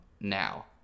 now